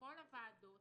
בכל הוועדות,